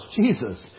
Jesus